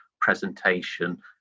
presentation